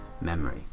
memory